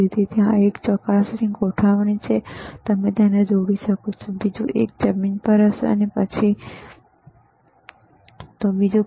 તેથી ત્યાં એક ચકાસણી ગોઠવણ છે તમે તેને જોડી શકો છો બીજું એક જમીન પર હશે અને પછી બરાબર